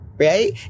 Right